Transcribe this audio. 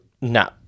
No